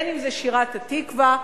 אם שירת "התקווה",